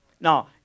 Now